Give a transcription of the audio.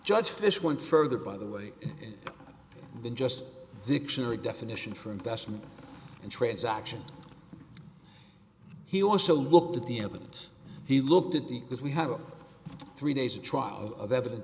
judge this went further by the way than just dictionary definition for investment and transaction he also looked at the evidence he looked at the because we have three days of trial of evidence